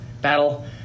battle